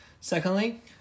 Secondly